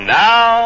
now